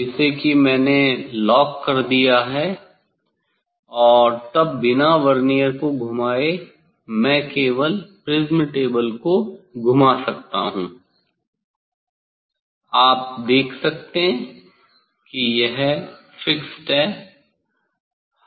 जिसे कि मैंने लॉक कर दिया है और तब बिना वर्नियर को घुमाए मैं केवल प्रिज्म टेबल को घुमा सकता हूं आप देख सकते हैं कि यह फिक्स्ड है